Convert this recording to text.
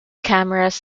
cameras